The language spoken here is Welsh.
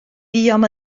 buom